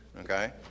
okay